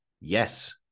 yes